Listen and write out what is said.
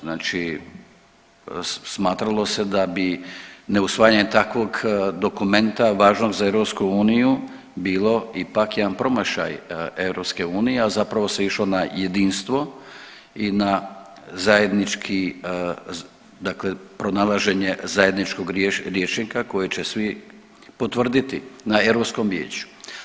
Znači smatralo se da bi neusvajanje takvog dokumenta važnog za EU bilo ipak jedan promašaj EU, a zapravo se išlo na jedinstvo i na zajednički, dakle pronalaženje zajedničkog rječnika koji će svi potvrditi na Europskom vijeću.